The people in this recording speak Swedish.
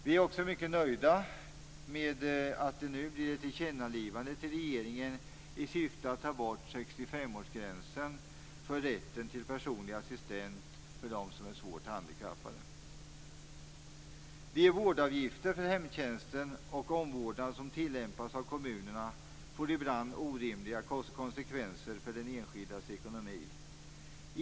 Vi är också mycket nöjda med att det nu blir ett tillkännagivande till regeringen i syfte att ta bort 65 De vårdavgifter för hemtjänsten och den omvårdnad som tillämpas av kommunerna får ibland orimliga konsekvenser för den enskildes ekonomi.